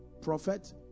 prophet